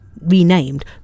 renamed